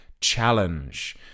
challenge